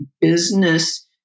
business